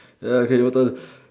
ya okay your turn